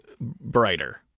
brighter